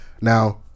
Now